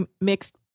mixed